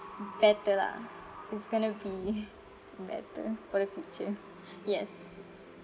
better lah it's going to be better for the future yes